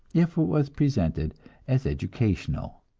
if it was presented as educational.